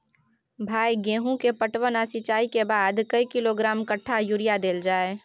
भाई गेहूं के पटवन आ सिंचाई के बाद कैए किलोग्राम कट्ठा यूरिया देल जाय?